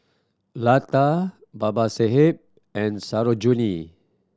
Lata Babasaheb and Sarojini